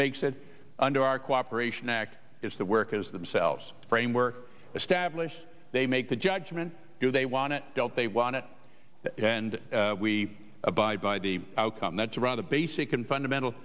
makes it under our cooperation act it's the workers themselves framework established they make the judgement do they want it dealt they want it and we abide by the outcome that's a rather basic and fundamental